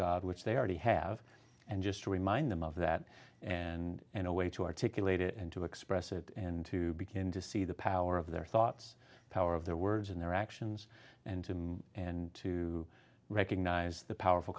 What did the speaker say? god which they already have and just to remind them of that and in a way to articulate it and to express it and to begin to see the power of their thoughts power of their words and their actions and to me and to recognize the powerful